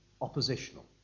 oppositional